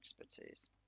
expertise